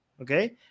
Okay